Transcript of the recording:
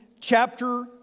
chapter